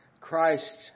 Christ